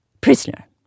Prisoner